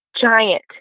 giant